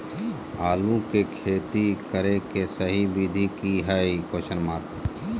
आलू के खेती करें के सही विधि की हय?